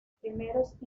primeros